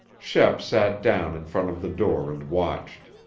shep sat down in front of the door and watched.